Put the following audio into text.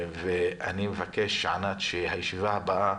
אני מבקש, ענת, שהישיבה הבאה